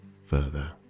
further